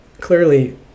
clearly